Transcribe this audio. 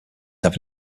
have